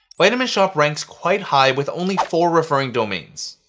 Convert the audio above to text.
vitamin shoppe ranks quite high with only four referring domains,